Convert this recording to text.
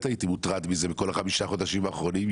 הייתי מוטרד מזה בכל ה-5 חודשים האחרונים,